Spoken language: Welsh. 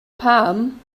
pam